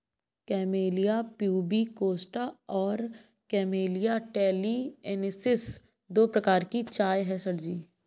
camellia pubicosta और Camellia taliensis दो प्रकार की चाय है सर जी